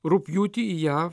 rugpjūtį į jav